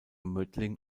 mödling